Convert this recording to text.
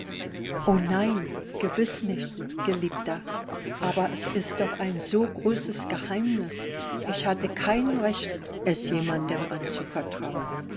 o nein gewiß nicht geliebter aber es ist doch ein so großes geheimnis ich hatte kein recht es jemandem anzuvertrauen